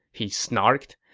he snarked.